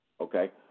Okay